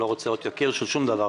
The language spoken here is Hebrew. אני לא רוצה אות יקיר של שום דבר,